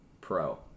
pro